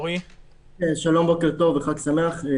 בוקר טוב וחג שמח.